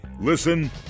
Listen